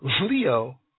Leo